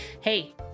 hey